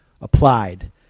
applied